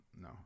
No